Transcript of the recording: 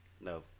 No